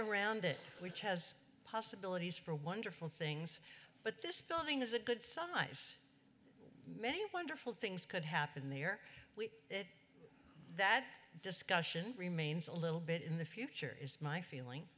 around it which has possibilities for wonderful things but this building is a good size many wonderful things could happen the year it that discussion remains a little bit in the future is my feeling